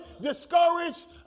discouraged